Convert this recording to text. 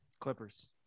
Clippers